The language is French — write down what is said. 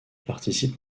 participe